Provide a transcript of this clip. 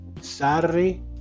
Saturday